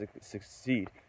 succeed